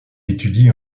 étudie